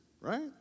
right